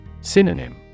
Synonym